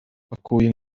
bakuye